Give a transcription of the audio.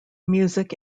music